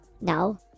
No